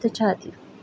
तेच्या खातीर